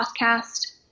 podcast